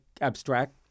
abstract